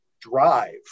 drive